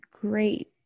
Great